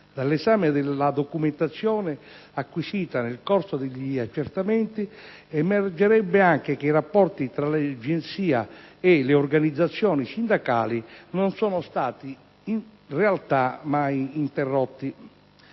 dall'esame della documentazione acquisita nel corso degli accertamenti, emergerebbe anche che i rapporti tra l'agenzia e le organizzazioni sindacali non sono stati, in realtà, mai interrotti.